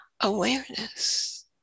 awareness